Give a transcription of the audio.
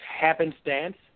happenstance